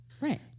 Right